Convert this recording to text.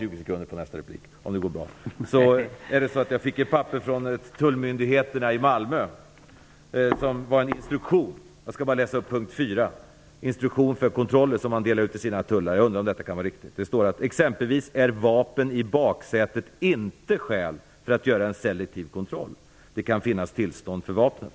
Jag har kommit över en instruktion från tullmyndigheten i Malmö till tulltjänstemännen när det gäller kontrollarbetet. Det heter i punkt 4 i den: "Ex.vis. är vapen i baksätet inte skäl för att göra selektiv kontroll, det kan finnas tillstånd för vapnet."